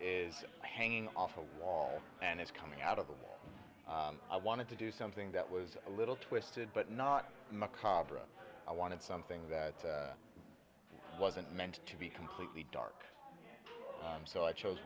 is hanging off a wall and it's coming out of the way i wanted to do something that was a little twisted but not macabre i wanted something that wasn't meant to be completely dark so i chose